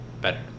better